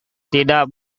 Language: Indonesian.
tidak